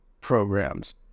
programs